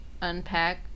unpack